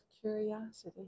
curiosity